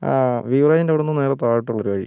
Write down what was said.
ആ ബീവറേജിൻ്റെ അവിടെ നിന്ന് നേരെ താഴോട്ടുള്ള ഒരു വഴി